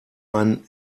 ein